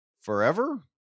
forever